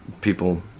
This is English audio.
People